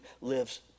lives